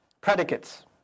predicates